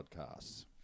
podcasts